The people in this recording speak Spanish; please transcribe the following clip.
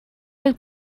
del